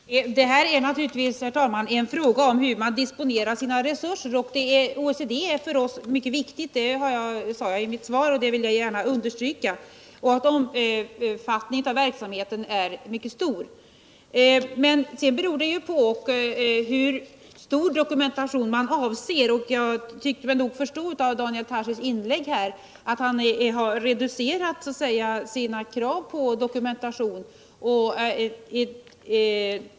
Herr talman! Detta är naturligtvis en fråga om hur man disponerar sina resurser. OECD är för Sverige mycket viktigt. Det påpekade jag i mitt svar, och det vill jag gärna understryka. Omfattningen av dess verksamhet är mycket stor. Men sedan beror det på hur stor dokumentation man avser. Jag tyckte mig förstå av Daniel Tarschys inlägg att han så att säga har reducerat sina krav på dokumentation.